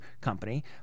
company